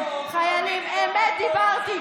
אמת דיברתי,